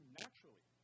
naturally